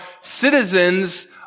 citizens